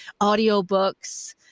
audiobooks